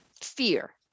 fear